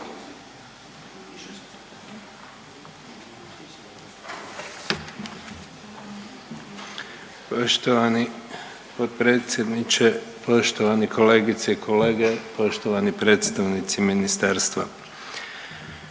Poštovani potpredsjedniče, poštovane kolegice i kolege, poštovani predstavnici ministarstva.